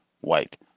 white